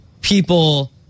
people